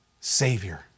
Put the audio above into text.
savior